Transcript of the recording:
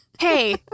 Hey